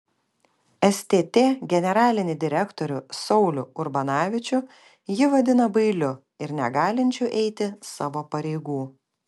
stt generalinį direktorių saulių urbanavičių ji vadina bailiu ir negalinčiu eiti savo pareigų